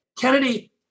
Kennedy